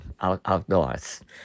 outdoors